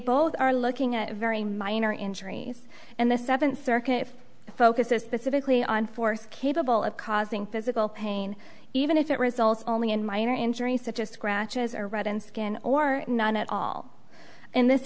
both are looking at very minor injuries and the seventh circuit focuses specifically on force capable of causing physical pain even if it results only in minor injuries such as scratches or red and skin or none at all and this